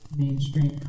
mainstream